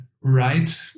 right